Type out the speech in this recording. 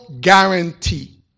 guarantee